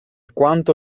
quanto